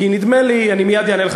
כי נדמה לי, אני מייד אענה לך.